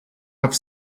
have